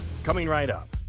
coming right up.